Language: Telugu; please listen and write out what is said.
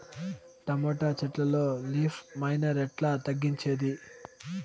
టమోటా చెట్లల్లో లీఫ్ మైనర్ ఎట్లా తగ్గించేది?